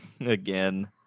again